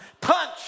punch